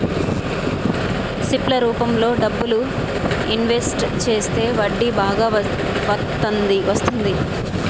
SIP ల రూపంలో డబ్బులు ఇన్వెస్ట్ చేస్తే వడ్డీ బాగా వత్తంది